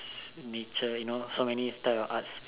nature you know so many types of arts